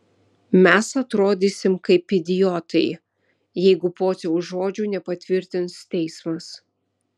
mes atrodysime kaip idiotai jeigu pociaus žodžių nepatvirtins teismas